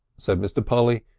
said mr. polly,